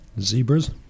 zebras